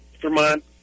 Vermont